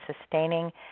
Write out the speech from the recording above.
sustaining